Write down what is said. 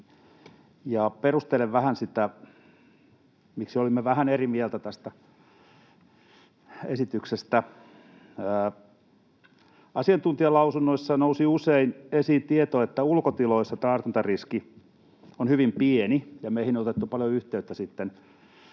perustelen vähän sitä, miksi olimme vähän eri mieltä tästä esityksestä. Asiantuntijalausunnoissa nousi usein esiin tieto, että ulkotiloissa tartuntariski on hyvin pieni, ja meihin on otettu paljon yhteyttä